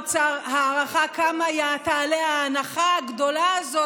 לא קיבלנו מהאוצר הערכה כמה תעלה ההנחה הגדולה הזאת,